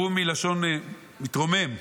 ארום מלשון מתרומם,